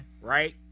right